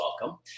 welcome